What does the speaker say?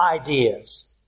ideas